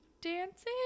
dancing